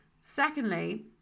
Secondly